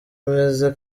ameze